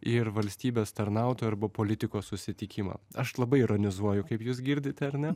ir valstybės tarnautojo arba politiko susitikimą aš labai ironizuoju kaip jūs girdite ar ne